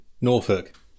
Norfolk